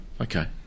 Okay